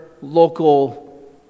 local